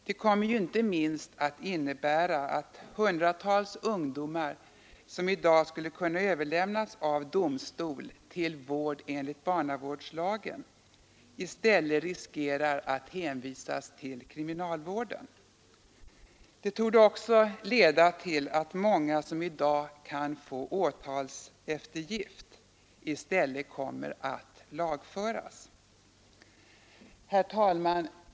Det kommer ju inte minst att innebära att hundratals ungdomar, som i dag skulle kunna överlämnas av domstol till vård enligt barnavårdslagen, i stället riskerar att hänvisas till kriminalvården. Det torde också leda till att många som i dag kan få åtalseftergift i stället kommer att lagföras. Herr talman!